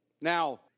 Now